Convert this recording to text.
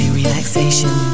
relaxation